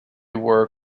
were